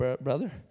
brother